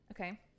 okay